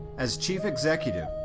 as chief executive,